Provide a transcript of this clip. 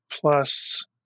Plus